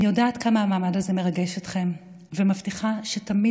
אני יודעת כמה המעמד הזה מרגש אתכם ומבטיחה שתמיד